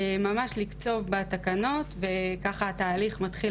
ממש לקצוב בתקנות וככה התהליך מתחיל